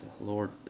Lord